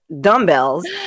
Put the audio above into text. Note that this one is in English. dumbbells